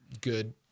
good